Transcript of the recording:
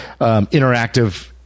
interactive